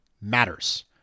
matters